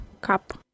cup